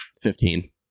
fifteen